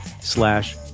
slash